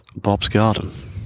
bobsgarden